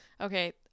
Okay